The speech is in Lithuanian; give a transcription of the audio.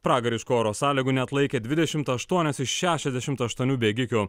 pragariškų oro sąlygų neatlaikė dvidešimt aštuonios iš šešiasdešimt aštuonių bėgikių